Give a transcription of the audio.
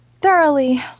thoroughly